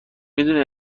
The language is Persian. میدونی